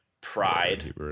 pride